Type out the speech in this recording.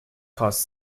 caused